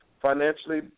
financially